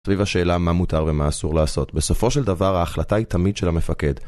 סביב השאלה מה מותר ומה אסור לעשות, בסופו של דבר ההחלטה היא תמיד של המפקד